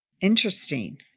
Interesting